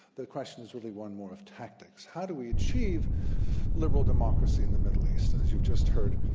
the question is really one more of tactics. how do we achieve liberal democracy in the middle east? and as you've just heard,